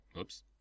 Oops